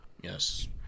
Yes